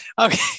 Okay